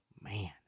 Man